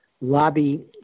lobby